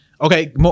Okay